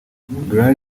grand